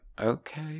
okay